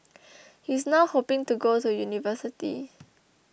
he is now hoping to go to university